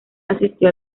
asistió